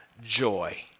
joy